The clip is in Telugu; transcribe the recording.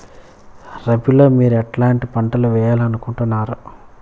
రబిలో మీరు ఎట్లాంటి పంటలు వేయాలి అనుకుంటున్నారు?